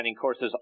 courses